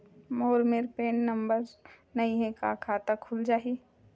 मोर मेर PAN number नई हे का खाता खुल जाही?